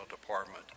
department